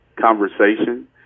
conversation